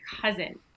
cousin